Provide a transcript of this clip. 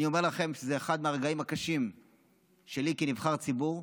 אני אומר לכם שזה אחד מהרגעים הקשים שלי כנבחר ציבור,